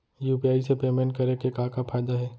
UPI से payment करे के का का फायदा हे?